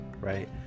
right